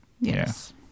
Yes